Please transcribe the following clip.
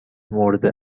مورد